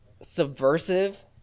subversive